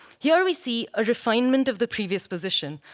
here we see a refinement of the previous position,